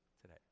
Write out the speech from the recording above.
today